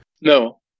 No